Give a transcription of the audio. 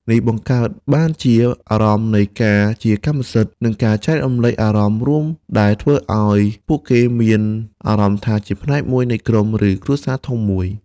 នេះបង្កើតបានជា អារម្មណ៍នៃការជាកម្មសិទ្ធិ និង ការចែករំលែកចំណាប់អារម្មណ៍រួម ដែលធ្វើឲ្យពួកគេមានអារម្មណ៍ថាជាផ្នែកមួយនៃក្រុម ឬគ្រួសារធំមួយ។